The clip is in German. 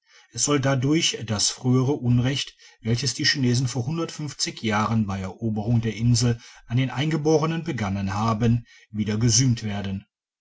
es soll dadurch das frühere unrecht welches die chinesen vor jahren bei eroberung der insel an den eingeborenen begangen haben wieder gesühnt werden